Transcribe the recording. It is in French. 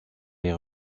les